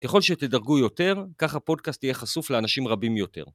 ככל שתדרגו יותר, כך הפודקאסט יהיה חשוף לאנשים רבים יותר.